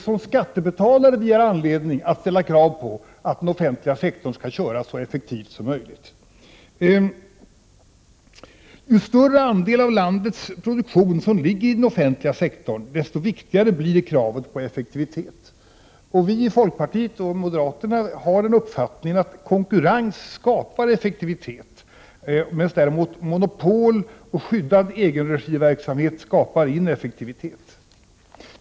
Som skattebetalare har vi rätt att ställa krav på att den offentliga sektorn sköts så effektivt som möjligt. Ju större andel av landets produktion som ligger i den offentliga sektorn, desto viktigare blir kravet på effektivitet. Vi i folkpartiet och moderaterna har den uppfattningen att konkurrens skapar effektivitet, medan monopol och skyddad egenregiverksamhet skapar ineffektivitet.